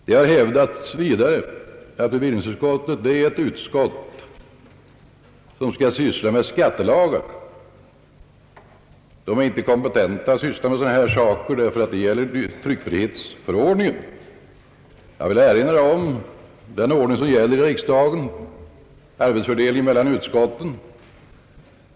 Det har vidare hävdats att bevillningsutskottet skall syssla endast med skattelagar. Det är inte kompetent att syssla med sådana saker som det här gäller eftersom de faller under tryckfrihetsförordningen. Jag vill då erinra om den arbetsför delning mellan utskotten som gäller här i riksdagen.